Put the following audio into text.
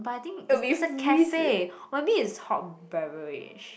but I think it's it's a cafe or maybe it's hot beverage